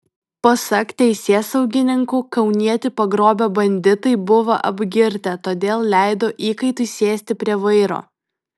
pasak teisėsaugininkų kaunietį pagrobę banditai buvo apgirtę todėl leido įkaitui sėsti prie vairo